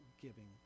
giving